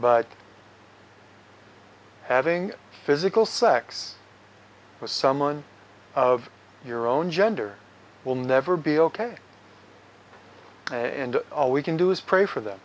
but having physical sex with someone of your own gender will never be ok and all we can do is pray for